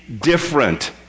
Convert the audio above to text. different